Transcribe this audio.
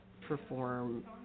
perform